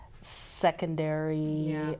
secondary